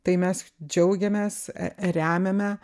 tai mes džiaugiamės remiame